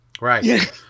Right